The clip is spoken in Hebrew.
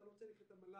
אתה לא צריך את המל"ג.